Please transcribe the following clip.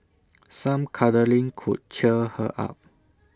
some cuddling could cheer her up